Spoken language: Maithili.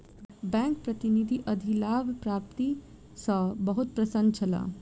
बैंक प्रतिनिधि अधिलाभ प्राप्ति सॅ बहुत प्रसन्न छला